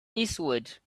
eastward